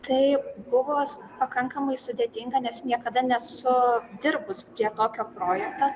tai buvo pakankamai sudėtinga nes niekada nesu dirbus prie tokio projekto